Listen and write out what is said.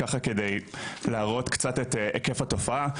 ככה כדי להראות קצת את היקף התופעה,